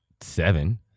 seven